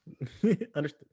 understood